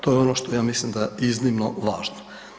To je ono što ja mislim da je iznimno važno.